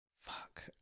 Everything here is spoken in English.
Fuck